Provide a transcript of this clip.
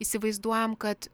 įsivaizduojam kad